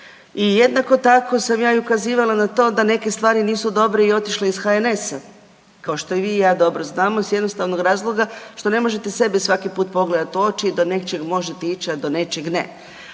i jednako tako sam ja i ukazivala na to da neke stvari nisu dobre i otišla iz HNS-a, kao što i vi i ja dobro znamo iz jednostavnog razloga što ne možete sebe svaki put pogledati u oči i do nečeg možete ići, a do nečeg ne.